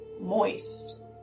moist